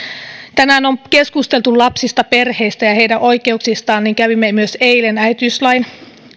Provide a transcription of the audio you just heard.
tänään on keskusteltu lapsista perheistä ja heidän oikeuksistaan ja kävimme myös eilen äitiyslain